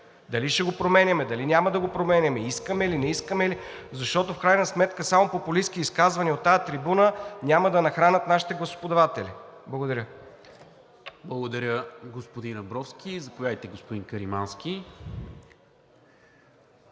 дали ще го променяме, дали няма да го променяме, искаме ли, не искаме ли? Защото в крайна сметка само популистки изказвания от тази трибуна няма да нахранят нашите гласоподаватели. Благодаря. ПРЕДСЕДАТЕЛ НИКОЛА МИНЧЕВ: Благодаря, господин Абровски. Заповядайте, господи Каримански.